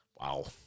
Wow